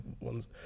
ones